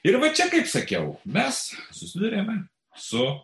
ir va čia kaip sakiau mes susiduriame su